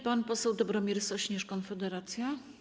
Pan poseł Dobromir Sośnierz, Konfederacja.